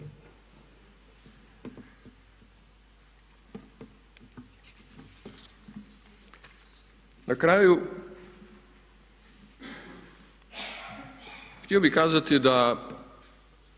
Na kraju htio bih kazati da